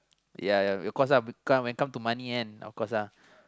ya ya of course uh when come when come to money and of course